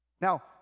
Now